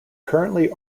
currently